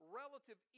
relative